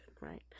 right